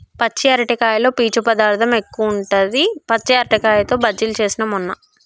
పచ్చి అరటికాయలో పీచు పదార్ధం ఎక్కువుంటది, పచ్చి అరటికాయతో బజ్జిలు చేస్న మొన్న